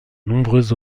nombreuses